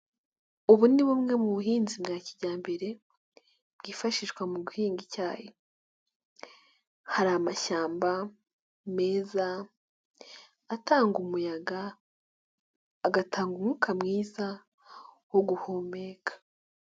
Ubu ni bumwe mu buhinzi bwa kijyambere bwifashishwa mu guhinga icyayi, hari amashyamba meza atanga umuyaga, agatanga umwuka mwiza wo guhumeka.